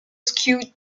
skew